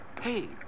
Hey